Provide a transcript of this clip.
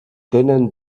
tenen